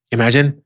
Imagine